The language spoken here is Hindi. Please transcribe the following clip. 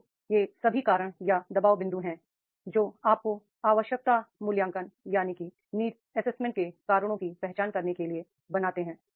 तो ये सभी कारण या दबाव बिंदु हैं जो आपको नीड एसेसमेंट के कारणों की पहचान करने के लिए बनाते हैं